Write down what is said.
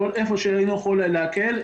איפה שיכולנו להקל,